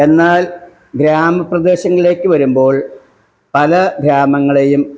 എന്നാൽ ഗ്രാമ പ്രദേശികളിലേക്ക് വരുമ്പോൾ പല ഗ്രാമങ്ങളെയും